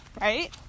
right